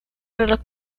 reloj